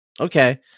Okay